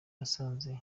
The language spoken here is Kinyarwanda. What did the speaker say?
asanze